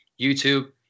YouTube